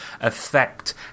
affect